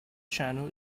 channel